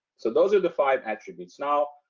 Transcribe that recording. so those are the five attributes. now,